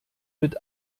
mit